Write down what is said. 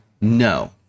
No